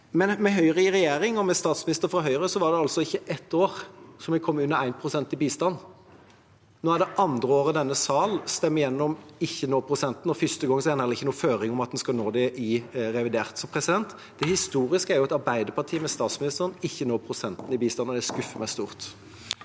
men med Høyre i regjering og med statsminister fra Høyre var det ikke ett år vi kom under 1 pst. til bistand. Nå er det andre året denne sal stemmer gjennom å ikke nå prosenten, og for første gang har en heller ikke noen føringer om at en skal nå det i revidert. Så det historiske er jo at Arbeiderpartiet med statsministeren ikke når prosenten til bistand, og det skuffer meg stort.